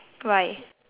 why